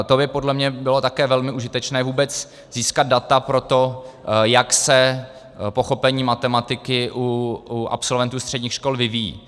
To by podle mě bylo také velmi užitečné vůbec získat data pro to, jak se pochopení matematiky u absolventů středních škol vyvíjí.